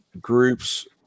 groups